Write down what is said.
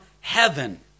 heaven